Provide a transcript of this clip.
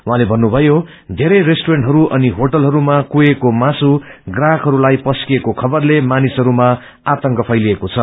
उहाँले भन्नुभयो धेरै रेन्दुरेन्टहय अनि होटलहरूमा कुरेको मासू ग्राहकहरूलाई परिकएको खबरले मानिसहरूमा आतंक फैलीएको छ